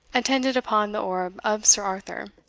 attended upon the orb of sir arthur,